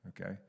Okay